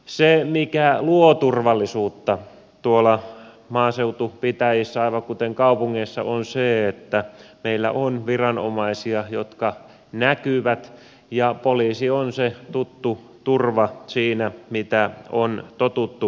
se mikä luo turvallisuutta tuolla maaseutupitäjissä aivan kuten kaupungeissa on se että meillä on viranomaisia jotka näkyvät ja poliisi on se tuttu turva siinä mitä on totuttu näkemään